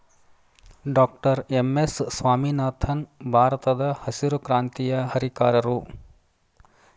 doctor M S Swaminathan ಭಾರತದಹಸಿರು ಕ್ರಾಂತಿಯ ಹರಿಕಾರರು